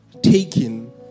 taking